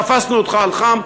תפסנו אותך על חם,